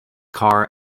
car